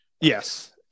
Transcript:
Yes